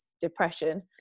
depression